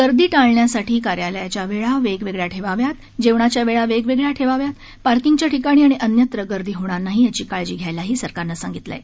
गर्दी टाळण्यासाठी कार्यालयाच्या वेळा वेगवेगळ्या ठेवाव्या जेवणाच्या वेळा वेगवेगळ्या ठेवाव्या पार्किंगच्या ठिकाणी आणि इतरत्र गर्दी होणार नाही याची काळजी घ्यायलाही सरकारने सांगितलं आहे